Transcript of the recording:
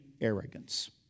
arrogance